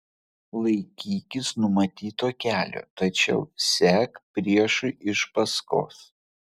laikykis numatyto kelio tačiau sek priešui iš paskos